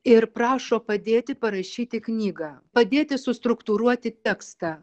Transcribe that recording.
ir prašo padėti parašyti knygą padėti sustruktūruoti tekstą